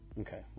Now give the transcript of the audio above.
Okay